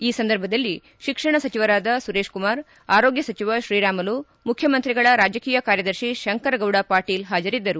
ಈ ಸಂದರ್ಭದಲ್ಲಿ ಶಿಕ್ಷಣ ಸಚಿವರಾದ ಸುರೇಶ್ ಕುಮಾರ್ ಆರೋಗ್ಯ ಸಚಿವ ಶ್ರೀರಾಮುಲು ಮುಖ್ಯಮಂತ್ರಿಗಳ ರಾಜಕೀಯ ಕಾರ್ಯದರ್ಶಿ ಶಂಕರ್ ಗೌಡ ಪಾಟೀಲ್ ಹಾಜರಿದ್ದರು